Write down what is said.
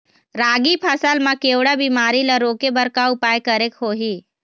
रागी फसल मा केवड़ा बीमारी ला रोके बर का उपाय करेक होही?